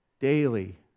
Daily